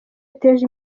yateje